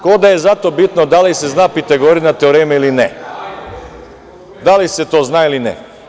Ko da je zato bitno da li se zna Pitagorina teorema ili ne, da li se to zna ili ne.